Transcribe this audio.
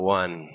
one